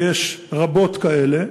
ויש רבות כאלה,